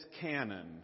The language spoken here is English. canon